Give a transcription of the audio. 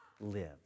live